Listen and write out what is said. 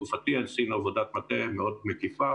בתקופתי עשינו עבודת מטה מאוד מקיפה